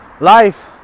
life